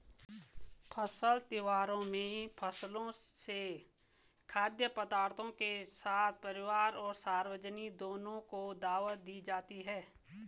फसल त्योहारों में फसलों से खाद्य पदार्थों के साथ परिवार और सार्वजनिक दोनों को दावत दी जाती है